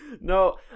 No